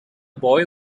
boy